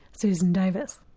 susan davis.